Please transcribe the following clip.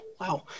Wow